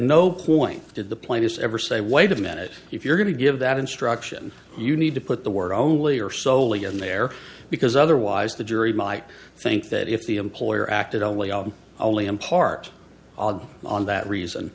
no point did the plaintiffs ever say wait a minute if you're going to give that instruction you need to put the words only or solely in there because otherwise the jury might think that if the employer acted only on only in part on that reason